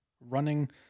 running